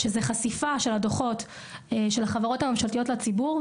חשיפה של דוחות החברות לציבור.